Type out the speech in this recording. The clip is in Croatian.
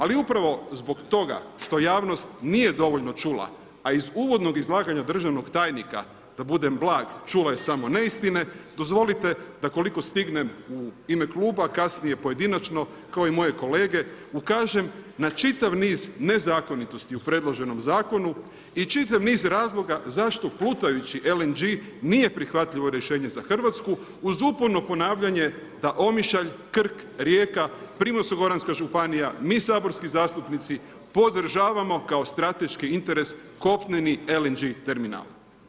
Ali, upravo zbog toga, što javnost nije dovoljno čula, a iz uvodnog izlaganja državnog tajnika, da budem blag, čula je samo neistine, dozvolite, da koliko stignem u ime kluba, kasnije pojedinačno, kao i moje kolege, ukažem na čitav niz nezakonitosti predloženog zakona i čitav niz razloga zašto plutajući LNG nije prihvatljivo rješenje za Hrvatsku, uz uporno ponavljanje da Omišalj, Krk, Rijeka, Primorsko goranska županija, mi saborski zastupnici, podržavamo kao strateški interes kopneni LNG terminal.